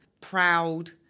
proud